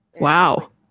wow